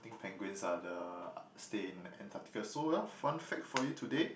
think penguins are the stay in Antarctica so well fun fact for you today